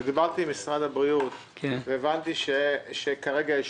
דיברתי עם אנשי משרד הבריאות והבנתי שכרגע יש